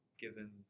given